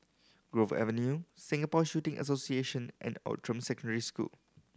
Grove Avenue Singapore Shooting Association and Outram Secondary School